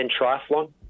triathlon